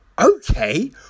Okay